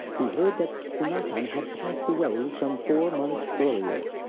he heard that sanatan had passed away some four months earlier.